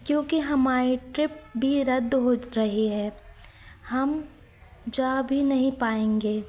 क्योंकि हमारी ट्रिप भी रद्द हो रही है हम जा भी नहीं पाएँगे